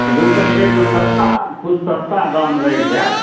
दू पैकेटमे सस्ता किछु सस्ता दाम लागि जाएत